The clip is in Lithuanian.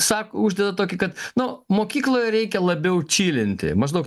sako uždeda tokį kad nu mokykloje reikia labiau čilinti maždaug